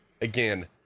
again